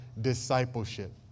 discipleship